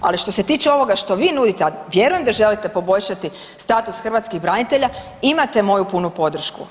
Ali što se tiče ovoga što vi nudite, ali vjerujem da želite poboljšati status hrvatskih branitelja imate moju punu podršku.